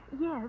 Yes